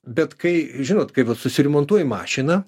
bet kai žinot kaip susiremontuoji mašiną